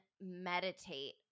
meditate